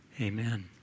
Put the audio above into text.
Amen